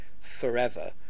forever